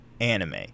anime